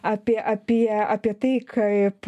apie apie apie tai kaip